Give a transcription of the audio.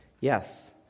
Yes